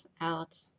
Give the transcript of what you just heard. out